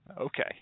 Okay